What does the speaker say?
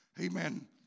Amen